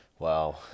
Wow